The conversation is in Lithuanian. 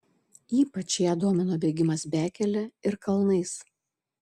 ypač ją domino bėgimas bekele ir kalnais